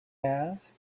asked